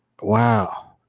wow